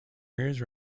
areas